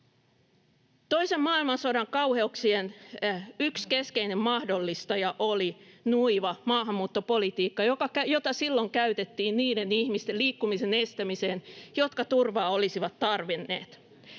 Toisen maailmansodan kauheuksien yksi keskeinen mahdollistaja oli nuiva maahanmuuttopolitiikka, jota silloin käytettiin niiden ihmisten liikkumisen estämiseen, jotka turvaa olisivat tarvinneet.